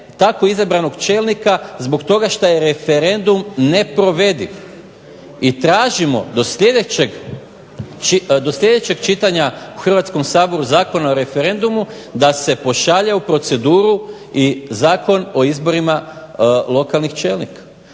takvog izabranog čelnika zbog toga što je referendum neprovediv. I tražimo do sljedećeg čitanja u Hrvatskom saboru Zakona o referendumu da se pošalje u proceduru i Zakon o izborima lokalnih čelnika.